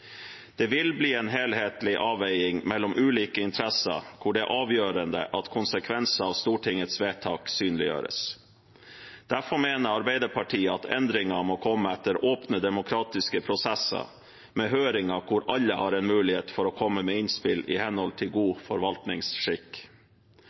Det vil bli en helhetlig avveining mellom ulike interesser, hvor det er avgjørende at konsekvenser av Stortingets vedtak synliggjøres. Derfor mener Arbeiderpartiet at endringer må komme etter åpne demokratiske prosesser, med høringer hvor alle har en mulighet for å komme med innspill i henhold til god